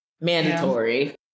mandatory